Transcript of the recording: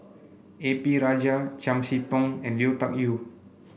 A P Rajah Chiam See Tong and Lui Tuck Yew